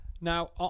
now